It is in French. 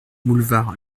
boulevard